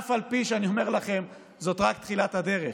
אף על פי שאני אומר לכם שזאת רק תחילת הדרך,